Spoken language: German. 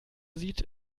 sieht